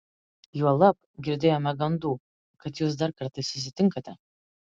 juolab girdėjome gandų kad jūs dar kartais susitinkate